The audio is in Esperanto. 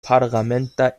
parlamenta